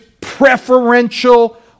preferential